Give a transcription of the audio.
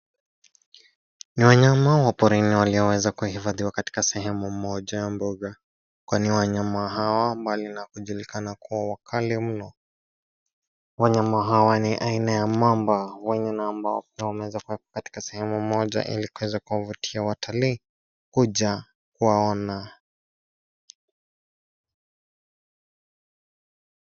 Ni wanyama wa porini walioweza kuhifadhiwa katika sehemu moja ya mbuga, kwani wanyama hawa mbali na kujulikana kuwa wakali mno. Wanyama hao ni aina ya mamba. Wanyama ambao wameweza kuwekwa katika sehemu moja ili kuweza kuwavutia watalii kuja kuwaona.